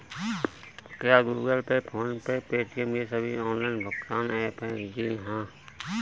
क्या Google Pay PhonePe Paytm ये सभी ऑनलाइन भुगतान ऐप हैं?